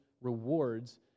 rewards